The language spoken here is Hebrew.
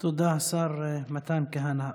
תודה, השר מתן כהנא.